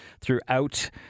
throughout